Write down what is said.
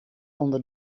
onder